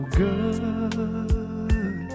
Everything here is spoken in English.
good